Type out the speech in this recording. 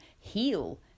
heal